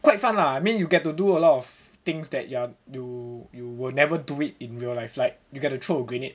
quite fun lah I mean you get to do a lot of things that you you will never do it in real life like you you get to throw a grenade